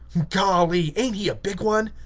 golly, ain't he a big one!